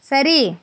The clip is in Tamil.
சரி